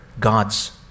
God's